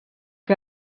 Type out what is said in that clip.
que